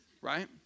right